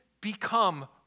become